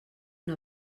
una